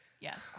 Yes